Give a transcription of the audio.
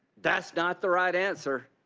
that's not the right answer.